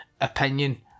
opinion